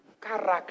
Character